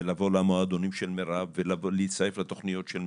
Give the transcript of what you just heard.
ולבוא למועדונים של מירב ולהצטרף לתוכניות של מירב,